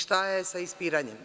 Šta je sa ispiranjem?